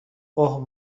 اوه